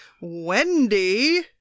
Wendy